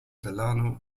delano